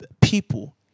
people